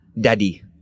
Daddy